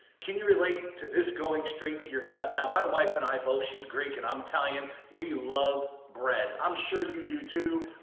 can you relate to this going straight to your gut? now, my wife and i both, she's greek, and i'm italian, we love bread. i'm sure you do too.